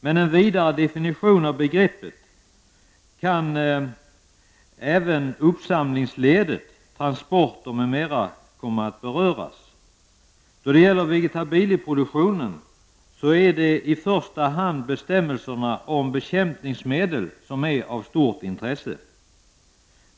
Med en vidare definition av begreppet kan även uppsamlingsledet, transporter m.m., beröras. När det gäller vegetabilieproduktionen är det i första hand bestämmelserna om bekämpningsmedel som är av stort intresse.